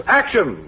action